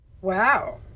Wow